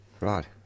Right